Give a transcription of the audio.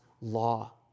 law